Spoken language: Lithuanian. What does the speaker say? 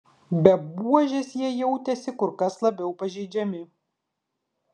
be buožės jie jautėsi kur kas labiau pažeidžiami